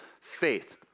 faith